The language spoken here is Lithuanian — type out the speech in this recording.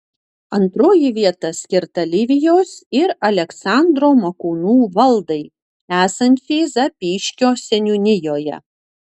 antroji vieta skirta livijos ir aleksandro makūnų valdai esančiai zapyškio seniūnijoje